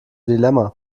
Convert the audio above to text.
dilemma